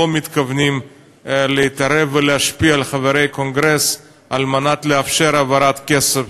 מתכוונים להתערב ולהשפיע על חברי קונגרס על מנת לאפשר העברת כסף